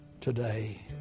today